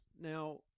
Now